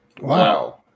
Wow